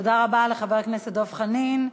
תודה רבה לחבר הכנסת דב חנין.